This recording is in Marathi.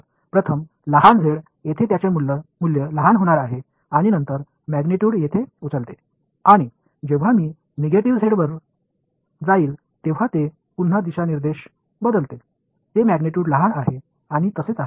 तर प्रथम लहान z येथे त्याचे मूल्य लहान होणार आहे आणि नंतर मॅग्नीट्यूड येथे उचलते आणि जेव्हा मी निगेटिव्ह झेडवर जाईल तेव्हा ते पुन्हा दिशानिर्देश बदलते ते मॅग्नीट्यूड लहान आहे आणि असेच आहे